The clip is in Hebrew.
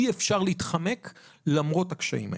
אי אפשר להתחמק למרות הקשיים האלה.